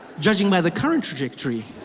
judging by the current trajectory.